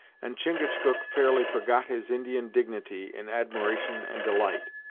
and chingachgook fairly forgot his indian dignity in admiration and delight.